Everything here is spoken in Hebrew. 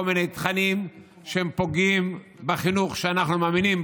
מיני תכנים שהם פוגעים בחינוך שאנחנו מאמינים,